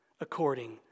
according